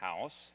house